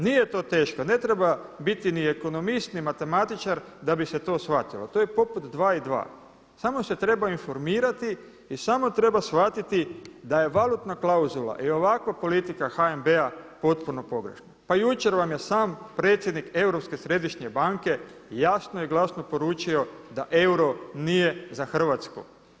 Nije to teško, ne treba biti ni ekonomist ni matematičar da bi se to shvatilo, to je poput 2 i 2, samo se treba informirati i samo treba shvatiti da je valutna klauzula i ovakva politika HNB-a potpuno pogrešna, pa jučer vam je sam predsjednik Europske središnje banke jasno i glasno poručio da euro nije za Hrvatsku.